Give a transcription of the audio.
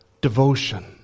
Devotion